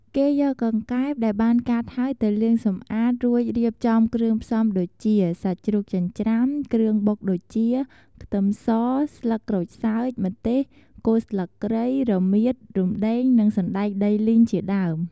គេយកកង្កែបដែលបានកាត់ហើយ ទៅលាងសម្អាតរួច រួចរៀបចំគ្រឿងផ្សំដូចជាសាច់ជ្រូកចិញ្ច្រាំ គ្រឿងបុកដូចជា ខ្ទឹមស ស្លឹកក្រូចសើច ម្ទេស គល់ស្លឹកគ្រៃ រមៀត រំដេង និងសណ្តែកដីលីងជាដើម ។